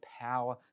power